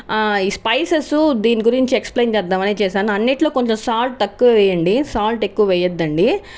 ఈ స్పైసెస్ దీని గురించి ఎక్స్ప్లెయిన్ చేద్దామని చేశాను అన్నింట్లో కొంచెం సాల్ట్ తక్కువ వేయండి సాల్ట్ ఎక్కువ వేయద్దండి